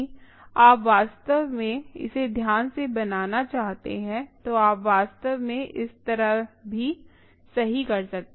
यदि आप वास्तव में इसे ध्यान से बनाना चाहते हैं तो आप वास्तव में इस तरह भी सही कर सकते हैं